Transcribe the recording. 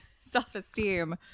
self-esteem